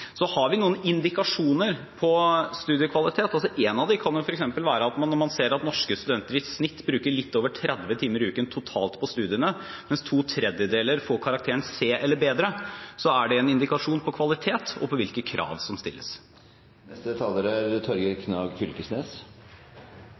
har noen indikasjoner på studiekvalitet. Når man f.eks. ser at norske studenter i snitt bruker litt over 30 timer i uken totalt på studiene, mens ⅔ får karakteren C eller bedre, så er det en indikasjon på kvalitet og på hvilke krav som stilles. Torgeir Knag Fylkesnes